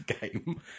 game